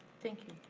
thank you.